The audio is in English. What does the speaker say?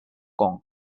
kong